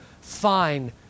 fine